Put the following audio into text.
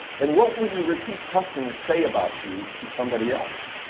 and what will your repeat customers say about you to somebody else?